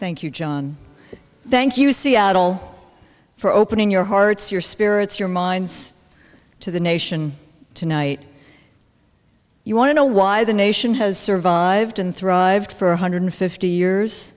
thank you john thank you seattle for opening your hearts your spirits your minds to the nation tonight you want to know why the nation has survived and thrived for one hundred fifty years